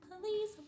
please